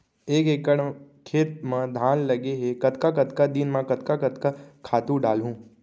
एक एकड़ खेत म धान लगे हे कतका कतका दिन म कतका कतका खातू डालहुँ?